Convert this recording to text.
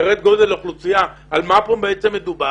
יראה את גודל האוכלוסייה ועל מה כאן בעצם מדברים.